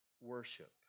worship